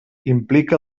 implica